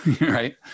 right